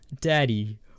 daddy